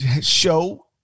show